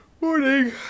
Morning